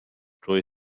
drwy